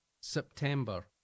September